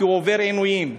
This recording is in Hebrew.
כי הוא עובר עינויים.